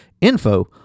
info